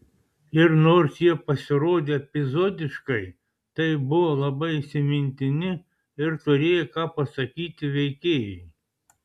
ir nors jie pasirodė epizodiškai tai buvo labai įsimintini ir turėję ką pasakyti veikėjai